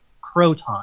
Croton